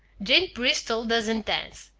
jane bristol doesn't dance.